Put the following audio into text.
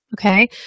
Okay